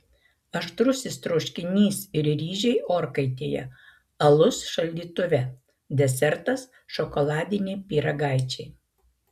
aštrusis troškinys ir ryžiai orkaitėje alus šaldytuve desertas šokoladiniai pyragaičiai